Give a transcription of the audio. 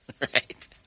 Right